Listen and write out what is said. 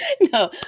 No